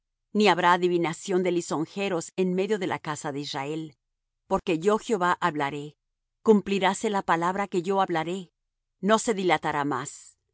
ni habrá adivinación de lisonjeros en medio de la casa de israel porque yo jehová hablaré cumpliráse la palabra que yo hablaré no se dilatará más